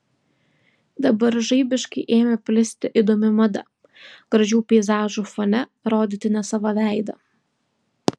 dabar žaibiškai ėmė plisti įdomi mada gražių peizažų fone rodyti ne savo veidą